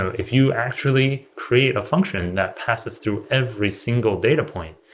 if you actually create a function that passes through every single data point,